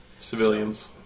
Civilians